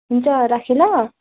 हुन्छ राखेँ ल